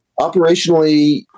Operationally